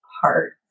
heart